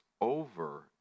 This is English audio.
over